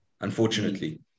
unfortunately